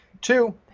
two